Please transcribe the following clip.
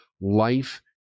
life